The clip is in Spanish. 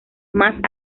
más